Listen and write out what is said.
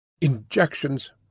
Injections